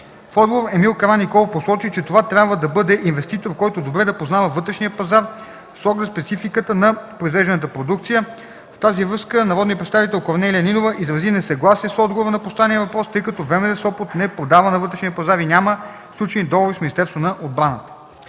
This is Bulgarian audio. отговор Емил Караниколов посочи, че това трябва да бъде инвеститор, който добре да познава вътрешния пазар с оглед спецификата на произвежданата продукция. В тази връзка народният представител Корнелия Нинова изрази несъгласие с отговора на поставения въпрос, тъй като ВМЗ – Сопот, не продава на вътрешния пазар и няма сключени договори с Министерството на отбрана.